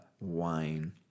wine